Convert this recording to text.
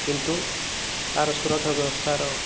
କିନ୍ତୁ ତାର ସୁରକ୍ଷା ବ୍ୟବସ୍ଥାର